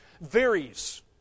varies